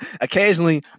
Occasionally